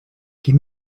give